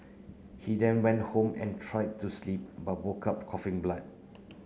he then went home and tried to sleep but woke up coughing blood